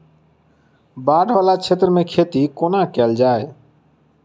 बाढ़ वला क्षेत्र मे खेती कोना कैल जाय?